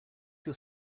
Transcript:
your